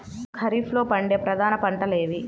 ఖరీఫ్లో పండే ప్రధాన పంటలు ఏవి?